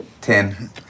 Ten